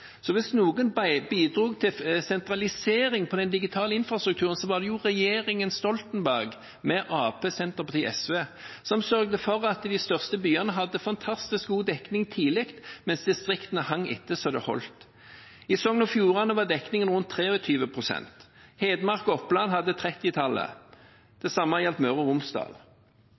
Så hvis noen bidro til sentralisering på den digitale infrastrukturen, så var det jo regjeringen Stoltenberg, med Arbeiderpartiet, Senterpartiet og SV, som sørget for at de største byene hadde fantastisk god dekning tidlig, mens distriktene hang etter så det holdt. I Sogn og Fjordane var dekningen rundt 23 pst., i Hedmark og Oppland var den på 30-tallet, og det samme gjaldt Møre